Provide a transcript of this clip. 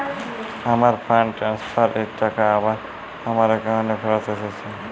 আমার fund transfer এর টাকা আবার আমার একাউন্টে ফেরত এসেছে